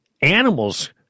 animals